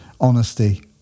honesty